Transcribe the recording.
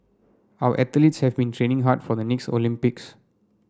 our athletes have been training hard for the next Olympics